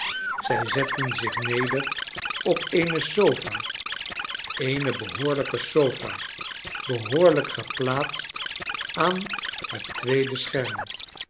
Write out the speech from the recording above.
zij zetten zich neder op eene sofa eene behoorlijke sofa behoorlijk geplaatst aan het tweede scherm